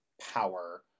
power